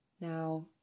Now